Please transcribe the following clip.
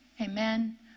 Amen